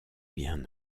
bien